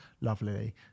lovely